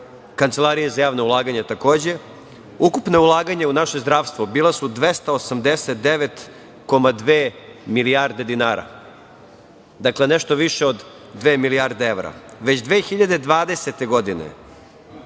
Kancelarije za javno ulaganje takođe, ukupno ulaganje u naše zdravstvo bila su 289,2 milijarde dinara, dakle, nešto više od dve milijarde evra. Već 2020. godine